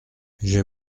j’ai